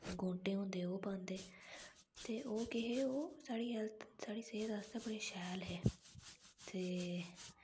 गोट्टे होंदे ओह् पांदे ते ओह् केह् साढ़ी हैल्थ साढ़ी सेह्त आस्तै बड़े शैल हे ते